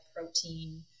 protein